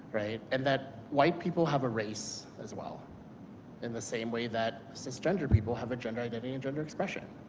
right? and that white people have a race as well in the same way that cis gender people have a gender identity and gender expression.